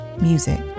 music